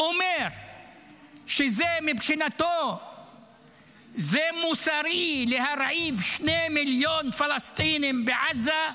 אומר שמבחינתו זה מוסרי להרעיב 2 מיליון פלסטינים בעזה,